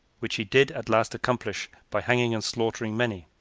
which he did at last accomplish by hanging and slaughtering many.